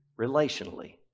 relationally